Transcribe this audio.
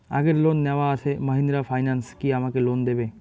আগের লোন নেওয়া আছে মাহিন্দ্রা ফাইন্যান্স কি আমাকে লোন দেবে?